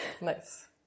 Nice